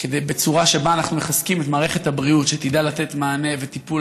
בצורה שבה אנחנו מחזקים את מערכת הבריאות שתדע לתת מענה וטיפול.